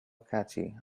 catchy